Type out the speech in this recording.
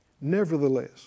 Nevertheless